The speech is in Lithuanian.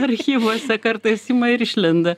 archyvuose kartais ima ir išlenda